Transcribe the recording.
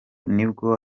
nibwo